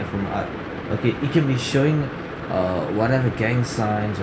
from art okay it can be showing err one of the gang signs or